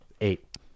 Eight